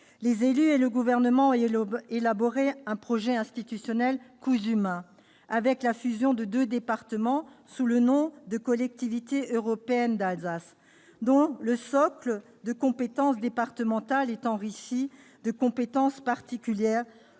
Les élus et le Gouvernement ont élaboré un projet institutionnel cousu main, avec la fusion des deux départements sous le nom de « Collectivité européenne d'Alsace », le socle de compétences départementales étant enrichi de compétences particulières